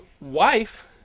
wife